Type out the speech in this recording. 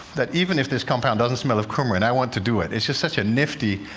that even if this compound doesn't smell of coumarin, i want to do it, it's just such a nifty,